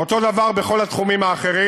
אותו דבר בכל התחומים האחרים.